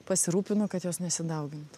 pasirūpinu kad jos nesidaugintų